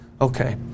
Okay